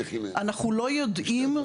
אנחנו לא יודעים,